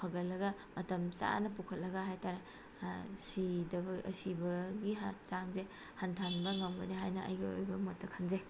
ꯐꯒꯠꯂꯒ ꯃꯇꯝ ꯆꯥꯅ ꯄꯨꯈꯠꯂꯒ ꯍꯥꯏꯇꯥꯔꯦ ꯁꯤꯗꯕ ꯁꯤꯕꯒꯤ ꯆꯥꯡꯁꯦ ꯍꯟꯊꯍꯟꯕ ꯉꯝꯒꯅꯤ ꯍꯥꯏꯅ ꯑꯩꯒꯤ ꯄꯣꯠꯇ ꯈꯟꯖꯩ